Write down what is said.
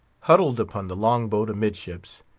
huddled upon the long-boat amidships,